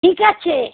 ঠিক আছে